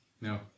No